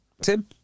Tim